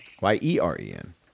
Y-E-R-E-N